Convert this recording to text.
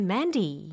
Mandy